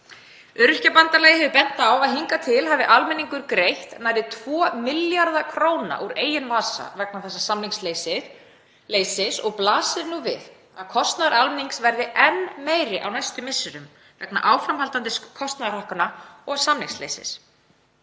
Öryrkjabandalagið hefur bent á að hingað til hafi almenningur greitt nærri 2 milljarða kr. úr eigin vasa vegna þessa samningsleysis og blasir nú við að kostnaður almennings verði enn meiri á næstu misserum vegna áframhaldandi kostnaðarhækkana og samningsleysis.